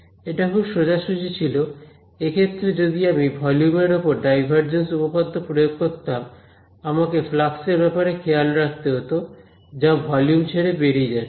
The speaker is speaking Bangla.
এটা খুব সোজা সুজি ছিল এক্ষেত্রে যদি আমি ভলিউম এর ওপর ডাইভারজেন্স উপপাদ্য প্রয়োগ করতাম আমাকে ফ্লাক্স এর ব্যাপারে খেয়াল রাখতে হতো যা ভলিউম ছেড়ে বেরিয়ে যাচ্ছে